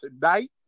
tonight